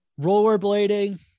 rollerblading